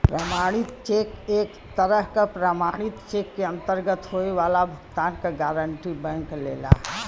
प्रमाणित चेक एक तरह क प्रमाणित चेक के अंतर्गत होये वाला भुगतान क गारंटी बैंक लेला